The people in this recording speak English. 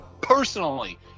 personally